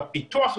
בפיתוח,